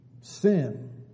Sin